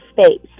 space